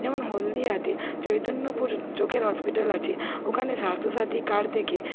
যেমন হলদিয়াতে চৈতন্যপুর চোখের হসপিটাল আছে ওখানে স্বাস্থ্য সাথি কার্ড থেকে